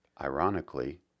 ironically